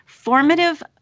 Formative